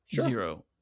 zero